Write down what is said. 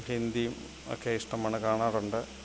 ഹിന്ദിയും ഒക്കെ ഇഷ്ടമാണ് കാണാറുണ്ട്